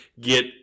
get